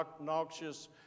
noxious